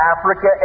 Africa